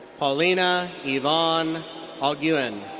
paulina ivonne olguin.